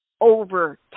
over